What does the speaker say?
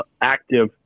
active